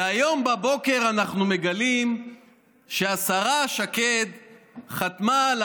והיום בבוקר אנחנו מגלים שהשרה שקד חתמה על